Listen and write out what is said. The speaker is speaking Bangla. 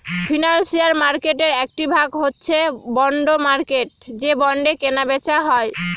ফিনান্সিয়াল মার্কেটের একটি ভাগ হচ্ছে বন্ড মার্কেট যে বন্ডে কেনা বেচা হয়